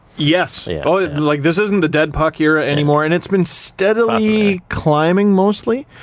yes, yeah like, this isn't the dead puck era anymore, and it's been steadily climbing mostly.